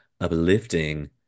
uplifting